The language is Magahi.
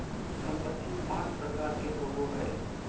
संपत्ति पांच प्रकार के होबो हइ